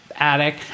attic